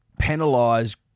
penalise